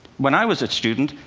when i was a student,